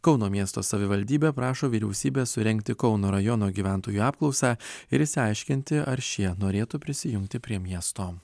kauno miesto savivaldybė prašo vyriausybės surengti kauno rajono gyventojų apklausą ir išsiaiškinti ar šie norėtų prisijungti prie miesto